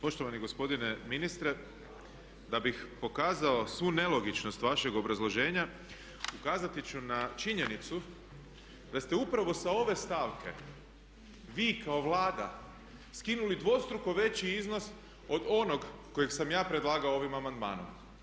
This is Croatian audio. Poštovani gospodine ministre da bih pokazao svu nelogičnost vašeg obrazloženja ukazati ću na činjenicu da ste upravo sa ove stavke vi kao Vlada skinuli dvostruko veći iznos od onog koji sam ja predlagao ovim amandmanom.